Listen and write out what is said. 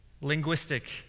linguistic